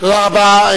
תודה רבה.